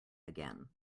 again